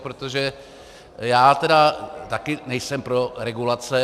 Protože já tedy také nejsem pro regulace.